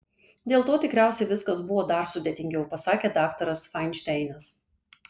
dėl to tikriausiai viskas buvo dar sudėtingiau pasakė daktaras fainšteinas